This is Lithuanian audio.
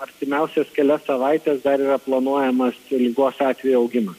artimiausias kelias savaites dar yra planuojamas čia ligos atvejų augimas